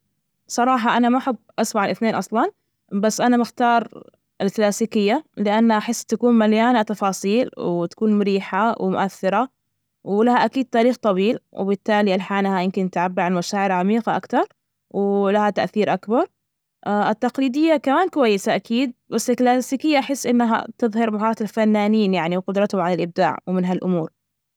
صراحة أنا ما أحب أسمع الإثنين أصلا، بس أنا بختار الكلاسيكية لأنها أحس تكون مليانة تفاصيل وتكون مريحة ومؤثرة، ولها أكيد تاريخ طويل، وبالتالي ألحانها يمكن تعبر عن مشاعر عميقة أكتر، لها تأثير أكبر. التقليدية كمان كويسة أكيد، بس الكلاسيكية أحس إنها تظهر مهارات الفنانين يعني وقدرتهم على الإبداع ومن هالأمور.